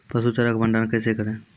पसु चारा का भंडारण कैसे करें?